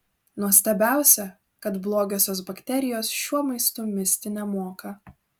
nuostabiausia kad blogosios bakterijos šiuo maistu misti nemoka